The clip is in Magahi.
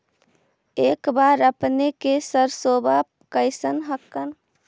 इस बार अपने के सरसोबा कैसन हकन?